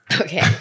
okay